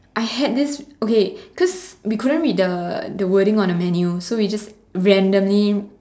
I had this okay cause we couldn't read the the wording on the menu so we just randomly